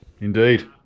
Indeed